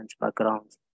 backgrounds